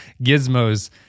gizmos